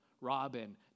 Robin